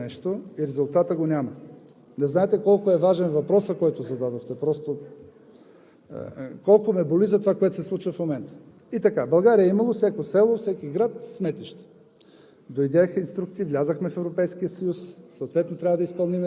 Винаги съм казвал, че държавата три пъти плаща за едно и също нещо, резултата го няма. Не знаете колко е важен въпросът, който зададохте, колко ме боли за това, което се случи в момента. В България е имало във всяко село, всеки град сметище.